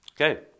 Okay